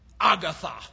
Agatha